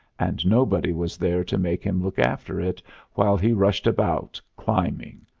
and nobody was there to make him look after it while he rushed about climbing,